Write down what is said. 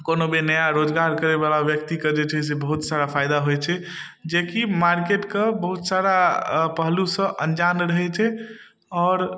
कोनो भी नया रोजगार करयवला व्यक्तिके जे छै से बहुत सारा फयदा होइ छै जेकी मार्केटके बहुत सारा पहलुसँ अनजान रहय छै आओर